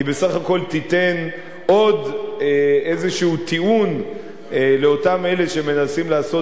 בסך הכול תיתן עוד איזשהו טיעון לאותם אלה שמנסים לעשות